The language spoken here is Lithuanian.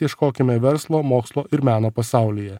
ieškokime verslo mokslo ir meno pasaulyje